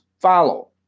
follow